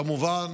כמובן,